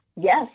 Yes